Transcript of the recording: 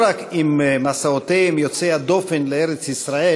לא רק עם מסעותיהם יוצאי הדופן לארץ-ישראל,